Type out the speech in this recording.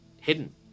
hidden